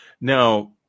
Now